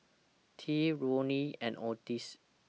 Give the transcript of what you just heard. Tea Ronnie and Odis